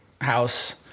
House